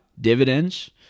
Dividends